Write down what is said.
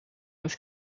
with